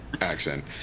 accent